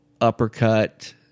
Uppercut